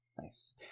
Nice